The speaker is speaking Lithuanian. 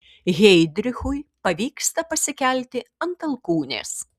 heidrichui pavyksta pasikelti ant alkūnės